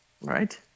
right